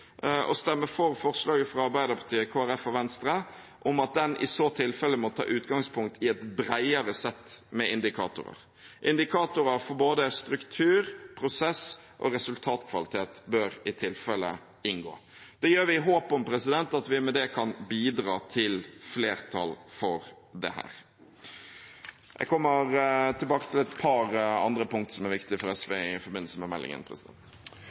å stemme for forslaget fra Arbeiderpartiet, Kristelig Folkeparti og Venstre om at den i så tilfelle må ta utgangspunkt i et bredere sett med indikatorer. Indikatorer for både struktur, prosess og resultatkvalitet bør i tilfelle inngå. Det gjør vi i håp om at vi med det kan bidra til flertall for dette. Jeg kommer tilbake til et par andre punkt som er viktige for SV i forbindelse med